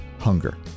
hunger